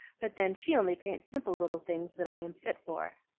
but then, she only paints simple little things that i am fit for.